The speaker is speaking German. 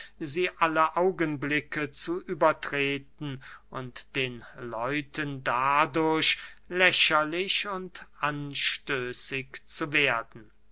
sie alle augenblicke zu übertreten und den leuten dadurch lächerlich und anstößig zu werden